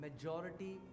Majority